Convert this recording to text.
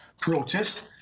protest